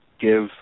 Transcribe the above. give